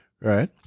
Right